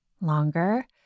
longer